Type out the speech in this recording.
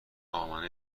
امنه